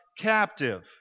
captive